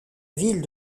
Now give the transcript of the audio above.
ville